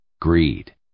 greed